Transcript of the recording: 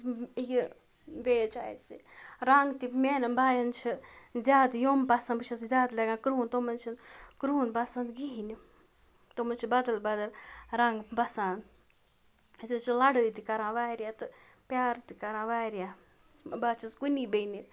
یہِ بیٚیہِ حظ چھِ اَسہِ رَنٛگ تہِ میانٮ۪ن بایَن چھِ زیادٕ یِم پَسنٛد بہٕ چھَسے زیادٕ لَگان کرٛہُن تِمَن چھِنہٕ کرٛہُن پَسنٛد کِہیٖنۍ تٕمَن چھِ بَدَل بَدَل رَنٛگ بَسان أسۍ حظ چھِ لَڑٲے تہِ کَران واریاہ تہٕ پیار تہِ کَران واریاہ بہٕ حظ چھَس کُنی بیٚنہِ